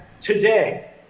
today